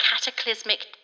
cataclysmic